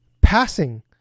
passing